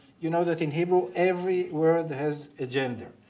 you know that in hebrew every word has a gender.